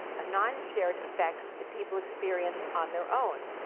non-shared effects that people experience on their own.